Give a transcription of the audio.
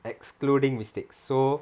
excluding mistake so